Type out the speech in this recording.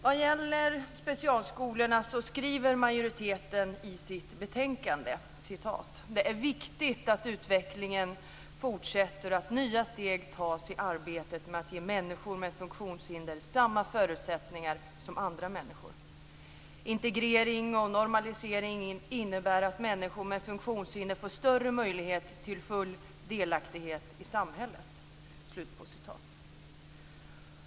Vad gäller specialskolorna skriver majoriteten i betänkandet: Det är viktigt att utvecklingen fortsätter och att nya steg tas i arbetet med att ge människor med funktionshinder samma förutsättningar som andra människor. Integrering och normalisering innebär att människor med funktionshinder får större möjlighet till full delaktighet i samhället.